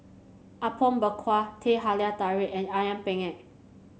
Apom Berkuah Teh Halia Tarik and ayam penyet